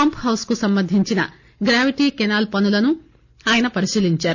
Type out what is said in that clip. పంపుహౌస్కు సంబంధించిన gravity canal పనులను ఆయన పరిశీలించారు